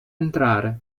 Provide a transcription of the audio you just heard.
entrare